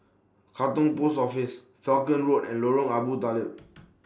Katong Post Office Falkland Road and Lorong Abu Talib